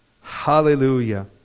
Hallelujah